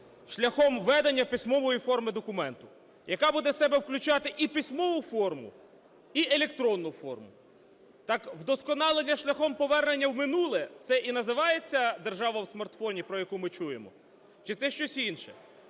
Шляхом введення письмової форми документу, яка буде в себе включати і письмову форму, і електронну форму. Так вдосконалення шляхом повернення в минуле - це і називається "Держава у смартфоні", про яку ми чуємо? Чи це щось інше?